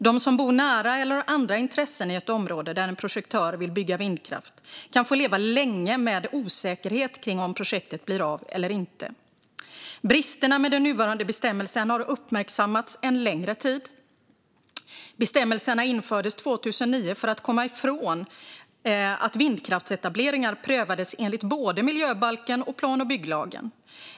De som bor nära eller har andra intressen i ett område där en projektör vill bygga vindkraftverk kan få leva länge med osäkerhet om projektet blir av eller inte. Bristerna med den nuvarande bestämmelsen har uppmärksammats en längre tid. Bestämmelsen infördes 2009 för att komma ifrån att vindkraftsetableringar prövades enligt både miljöbalken och plan och bygglagen.